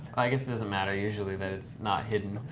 i guess it doesn't matter usually that it's not hidden.